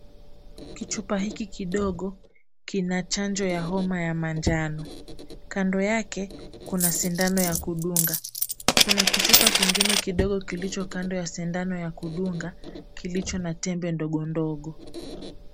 Kichupa hiki kidogo kina chanjo ya homa ya manjano. Kando yake kuna sindano ya kudunga. Kuna kichupa kingine kidogo kilicho kando ya sindano ya kudunga kilicho na tembe ndogo ndogo.